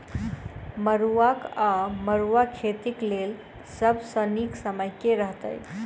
मरुआक वा मड़ुआ खेतीक लेल सब सऽ नीक समय केँ रहतैक?